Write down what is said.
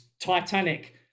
Titanic